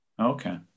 Okay